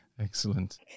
Excellent